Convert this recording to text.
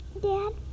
Dad